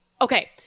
Okay